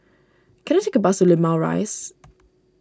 can I take a bus to Limau Rise